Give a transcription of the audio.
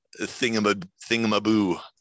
thingamaboo